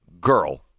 Girl